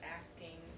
asking